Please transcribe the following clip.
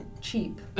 Cheap